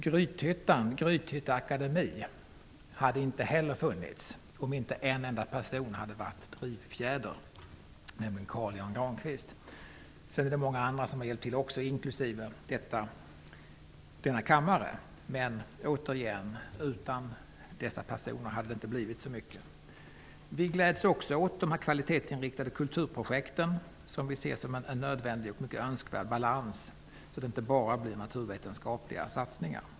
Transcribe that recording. Grythytte akademi hade inte heller funnits om inte en enda person hade varit drivfjäder, nämligen Carl-Jan Granqvist. Sedan är det många andra som har hjälpt till också, inklusive denna kammare, men utan dessa personer hade det inte blivit så mycket. Vi gläds också åt de kvalitetsinriktade kulturprojekten. Vi ser dem som en nödvändig och mycket önskvärd balans så att det inte bara blir naturvetenskapliga satsningar.